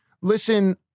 listen